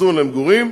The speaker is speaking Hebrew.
למגורים,